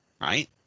right